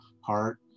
heart